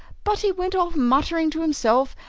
but he went off muttering to himself,